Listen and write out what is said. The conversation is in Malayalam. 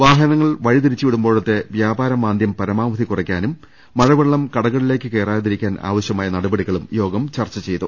വാഹനങ്ങൾ വഴിതിരിച്ചു വിടുമ്പോഴത്തെ വ്യാപാര മാന്ദ്യം പരമാവധി കുറയ്ക്കാനും മഴവെള്ളം കടകളിലേക്ക് കയറാതിരിക്കാൻ ആവശ്യമായ നടപടികളും യോഗം ചർച്ച ചെയ്തു